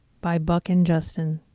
by buck and justin.